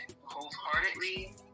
wholeheartedly